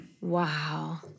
Wow